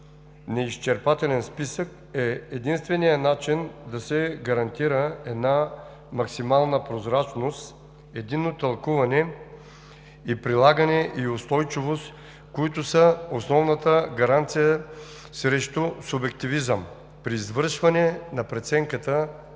неизчерпателен списък, е единственият начин да се гарантира една максимална прозрачност, единно тълкуване и прилагане, и устойчивост, които са основната гаранция срещу субективизъм при извършване на преценката